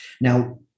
now